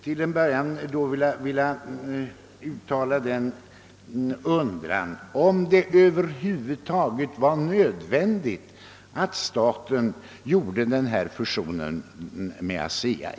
Till en början kan frågas, om det över huvud taget var nödvändigt att staten och ASEA gjorde denna fusion.